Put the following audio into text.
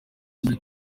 muri